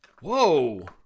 Whoa